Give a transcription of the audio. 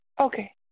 Okay